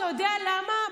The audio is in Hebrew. אתה יודע למה?